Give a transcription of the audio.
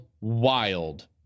wild